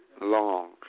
long